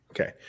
Okay